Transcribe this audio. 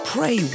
Pray